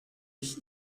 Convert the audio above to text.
ich